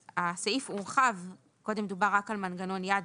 הסעיף הורחב, קודם דובר רק על מנגנון יד